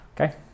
okay